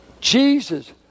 Jesus